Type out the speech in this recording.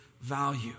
value